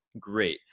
Great